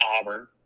Auburn